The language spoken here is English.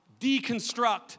deconstruct